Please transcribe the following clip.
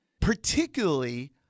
particularly